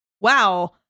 wow